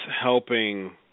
helping